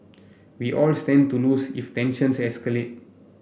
we all stand to lose if tensions escalate